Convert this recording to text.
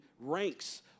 ranks